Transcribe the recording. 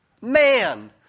Man